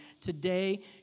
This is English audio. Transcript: Today